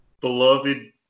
beloved